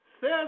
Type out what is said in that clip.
Says